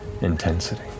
intensity